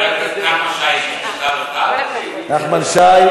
נחמן שי, נחמן שי,